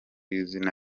izina